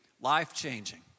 life-changing